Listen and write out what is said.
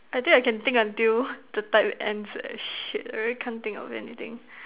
I think I can think until the time ends eh shit I really can't think of anything